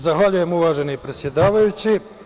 Zahvaljujem, uvaženi predsedavajući.